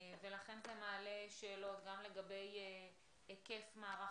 לכן זה מעלה שאלות גם לגבי היקף מערך